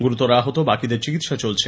গুরুতর আহত বাকিদের চিকিৎসা চলছে